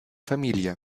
familie